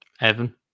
Evan